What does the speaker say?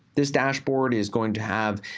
this dashboard is going to have,